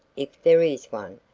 if there is one,